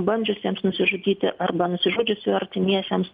bandžiusiems nusižudyti arba nusižudžiusių artimiesiems